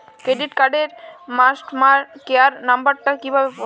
Credit কার্ডের customer care number টা কিভাবে পাবো?